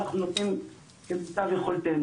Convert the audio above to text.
אנחנו נותנים כמיטב יכולתנו.